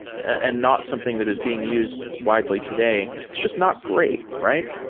and not something that is being used widely today. it's just not great, right?